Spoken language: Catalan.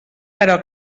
però